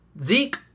Zeke